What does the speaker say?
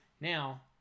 now